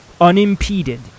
unimpeded